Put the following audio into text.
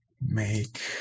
make